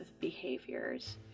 behaviors